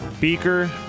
Beaker